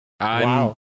Wow